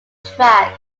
track